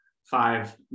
five